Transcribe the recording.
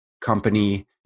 company